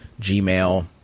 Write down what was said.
Gmail